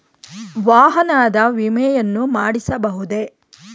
ವಾಹನದ ವಿಮೆಯನ್ನು ಮಾಡಿಸಬಹುದೇ?